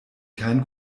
kein